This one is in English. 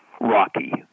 Rocky